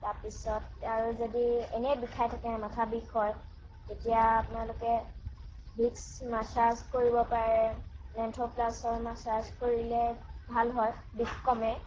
তাৰ পিছত এনেই বিষাই থাকে মাথা বিষ হয় তেতিয়া আপোনালোকে ভিক্স মাছাজ কৰিব পাৰে মেন্থ'প্লাছৰ মাছাজ কৰিলে ভাল হয় বিষ কমে